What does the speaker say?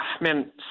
man